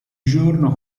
giorno